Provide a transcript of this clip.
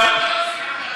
רבים מהם עושים עבודה טובה,